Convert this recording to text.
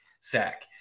sack